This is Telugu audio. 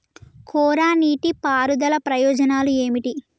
కోరా నీటి పారుదల ప్రయోజనాలు ఏమిటి?